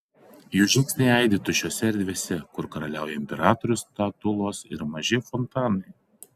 jų žingsniai aidi tuščiose erdvėse kur karaliauja imperatorių statulos ir maži fontanai